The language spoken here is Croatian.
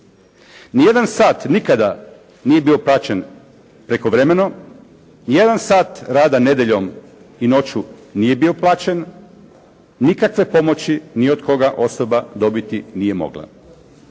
Nijedan sat nikada nije bio plaćen prekovremeno. Nijedan sat rada nedjeljom i noću nije bio plaćen. Nikakve pomoći ni od koga osoba dobiti nije mogla.